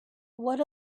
what